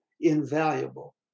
invaluable